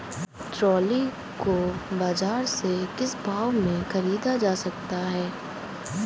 Trolley को बाजार से किस भाव में ख़रीदा जा सकता है?